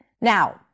Now